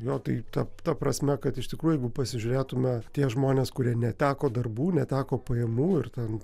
jo tai ta ta prasme kad iš tikrųjų jeigu pasižiūrėtume tie žmonės kurie neteko darbų neteko pajamų ir ten